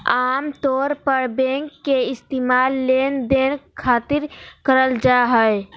आमतौर पर बैंक के इस्तेमाल लेनदेन खातिर करल जा हय